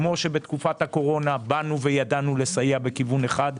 כמו שבתקופת הקורונה באנו וידענו לסייע לכיוון אחד,